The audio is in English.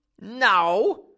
No